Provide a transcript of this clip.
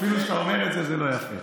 אפילו שאתה אומר את זה זה לא יפה.